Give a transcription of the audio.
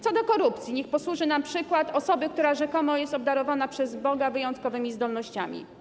Co do korupcji niech posłuży nam przykład osoby, która rzekomo jest obdarowana przez Boga wyjątkowymi zdolnościami.